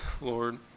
Lord